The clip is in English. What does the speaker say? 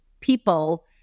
people